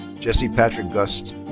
jesse patrick gust.